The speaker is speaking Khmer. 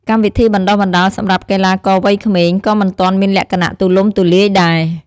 កម្មវិធីបណ្តុះបណ្តាលសម្រាប់កីឡាករវ័យក្មេងក៏មិនទាន់មានលក្ខណៈទូលំទូលាយដែរ។